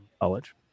college